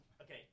Okay